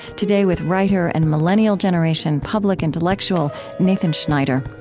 today with writer and millennial generation public intellectual nathan schneider.